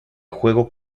juego